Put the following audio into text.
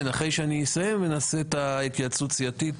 כן, אחרי שאני אסיים, נעשה את ההתייעצות הסיעתית.